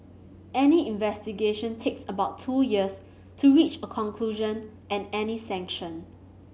any investigation takes about two years to reach a conclusion and any sanction